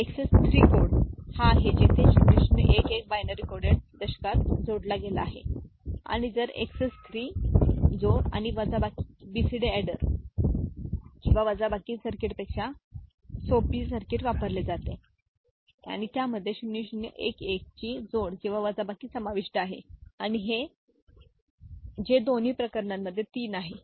XS 3 3 code हा आहे जेथे 0011 बायनरी कोडड दशकात जोडला गेला आहे आणि जर एक्सएस 3 जोड आणि वजाबाकी बीसीडी अॅडर किंवा वजाबाकी सर्किटपेक्षा सोपी सर्किट वापरते आणि त्यामध्ये 0011 ची जोड किंवा वजाबाकी समाविष्ट आहे जे दोन्ही प्रकरणांमध्ये 3 आहे